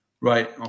Right